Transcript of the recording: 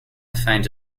find